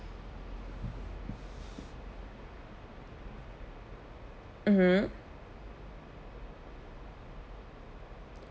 mmhmm